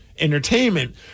Entertainment